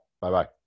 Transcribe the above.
Bye-bye